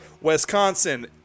Wisconsin